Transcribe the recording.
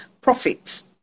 profits